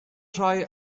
rhai